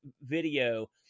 video